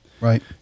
Right